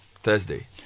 Thursday